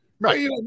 Right